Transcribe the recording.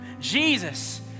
Jesus